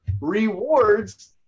rewards